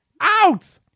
Out